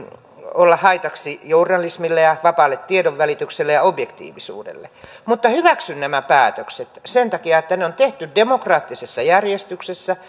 olla haitaksi journalismille ja vapaalle tiedonvälitykselle ja objektiivisuudelle mutta hyväksyn nämä päätökset sen takia että ne on tehty demokraattisessa järjestyksessä